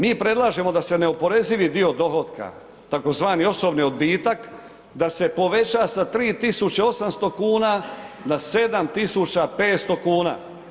Mi predlažemo da se neoporezivi dio dohotka tzv. osobni odbitak, da se poveća sa 3800 kuna na 7500 kuna.